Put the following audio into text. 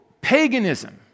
paganism